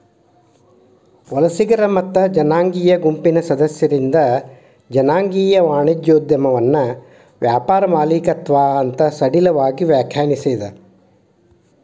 ವಲಸಿಗರ ಮತ್ತ ಜನಾಂಗೇಯ ಗುಂಪಿನ್ ಸದಸ್ಯರಿಂದ್ ಜನಾಂಗೇಯ ವಾಣಿಜ್ಯೋದ್ಯಮವನ್ನ ವ್ಯಾಪಾರ ಮಾಲೇಕತ್ವ ಅಂತ್ ಸಡಿಲವಾಗಿ ವ್ಯಾಖ್ಯಾನಿಸೇದ್